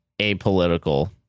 apolitical